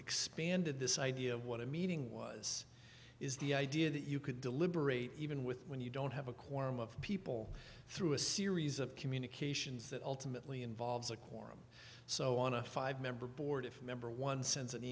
expanded this idea of what a meeting was is the idea that you could deliberate even with when you don't have a quorum of people through a series of communications that ultimately involves a quorum so on a five member board if member one sends an